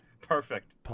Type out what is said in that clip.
Perfect